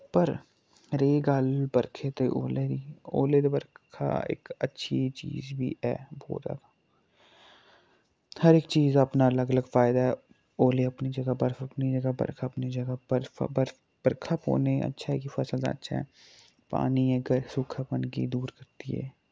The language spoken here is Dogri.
पर रेही गल्ल बरखे ते ओले दी ओले ते बरखा इक अच्छी चीज बी ऐ बौह्त जैदा हर इक चीज दा अपना अलग अलग फायदा ऐ ओले अपनी जगाह् बर्फ अपनी जगाह् बरखा अपनी जगाह् बर्फ बर्फ बरखा पौने अच्छा ऐ कि फसल दा अच्छा ऐ पानी अगर सूखापन गी दूर करदी ऐ